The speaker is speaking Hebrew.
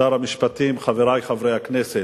שר המשפטים, חברי חברי הכנסת,